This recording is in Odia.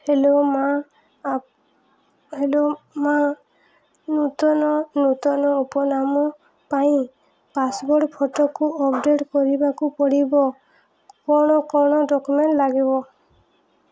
ହ୍ୟାଲୋ ମା' ହ୍ୟାଲୋ ମା' ନୂତନ ନୂତନ ଉପନାମ ପାଇଁ ପାସ୍ପୋର୍ଟ୍ ଫଟୋକୁ ଅପଡ଼େଟ୍ କରିବାକୁ ପଡ଼ିବ କ'ଣ କ'ଣ ଡକୁମେଣ୍ଟ୍ ଲାଗିବ